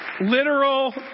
literal